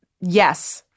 Yes